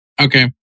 Okay